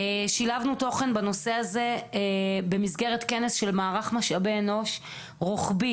שילבנו תוכן בנושא הזה במסגרת כנס של מערך משאבי אנוש רוחבי.